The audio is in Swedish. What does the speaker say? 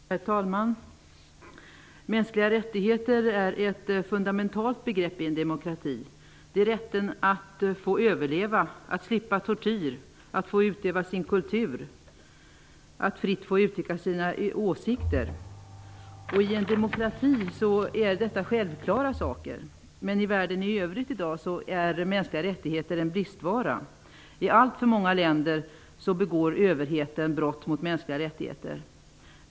Herr talman! Mänskliga rättigheter är ett fundamentalt begrepp i en demokrati. Det är rätten att få överleva, att slippa tortyr, att få utöva sin kultur och att fritt få uttrycka sina åsikter. I en demokrati är detta självklara saker. Men i världen i övrigt i dag är mänskliga rättigheter en bristvara. I alltför många länder begår överheten brott mot de mänskliga rättigheterna.